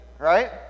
Right